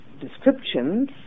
descriptions